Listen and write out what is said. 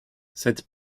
cette